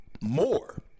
more